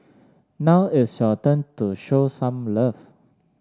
now it's your turn to show some love